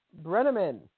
Brenneman